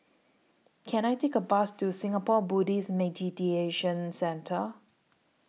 Can I Take A Bus to Singapore Buddhist Meditation Centre